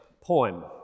poem